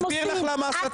אני אסביר לך למה הסתה.